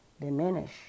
diminish